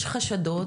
יש חשדות,